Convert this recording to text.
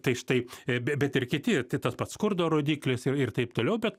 tai štai i be bet ir kiti tai tas pats skurdo rodiklis ir ir taip toliau bet